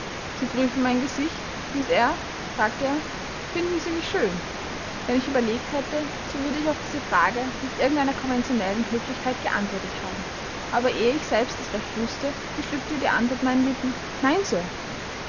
sie prüfen mein gesicht miß eyre sagte er finden sie mich schön wenn ich überlegt hätte so würde ich auf diese frage mit irgend einer konventionellen höflichkeit geantwortet haben aber ehe ich selbst es recht wußte entschlüpfte die antwort meinen lippen nein sir